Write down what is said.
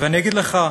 ואני אגיד לך,